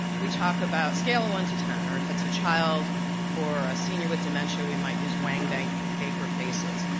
we talk about scale of one to ten, or if it's a child or a senior with dementia, we might use wong-baker wong-baker faces.